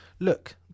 look